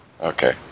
Okay